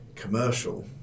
Commercial